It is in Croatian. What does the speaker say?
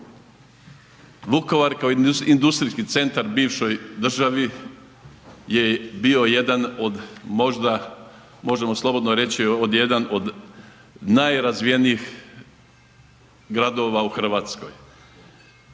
Vukovar kao industrijski centar u bivšoj državi je bio jedan od možda možemo slobodno reći jedan od najrazvijenijih gradova u Hrvatskoj.